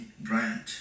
Bryant